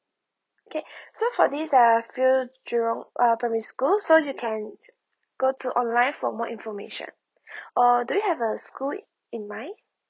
K so for this there're few jurong uh primary schools so you can go to online for more information or do you have a school in mind